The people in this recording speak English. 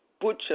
butcher